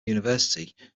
university